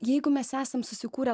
jeigu mes esam susikūrę